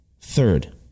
Third